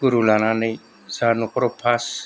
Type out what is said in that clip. गुरु लानानै जाहा न'खराव फार्स्ट